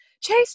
chase